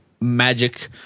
magic